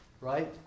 Right